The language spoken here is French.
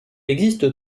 existe